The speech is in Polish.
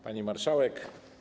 Pani Marszałek!